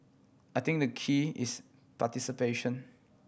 I think the key is participation